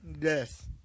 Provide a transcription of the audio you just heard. Yes